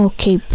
Okay